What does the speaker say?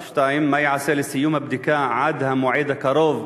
2. מה ייעשה לסיום הבדיקה עד המועד הקרוב